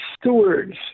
stewards